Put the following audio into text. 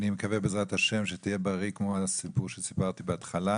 אני מקווה שבעזרת השם תהיה בריא כמו בסיפור שסיפרתי בהתחלה